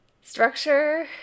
structure